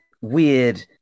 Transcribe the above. Weird